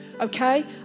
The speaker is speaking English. okay